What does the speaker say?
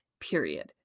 period